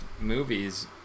movies